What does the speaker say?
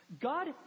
god